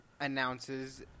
announces